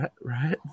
right